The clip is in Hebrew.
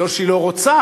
לא שהיא לא רוצה,